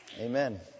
Amen